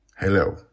Hello